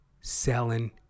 selling